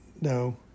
No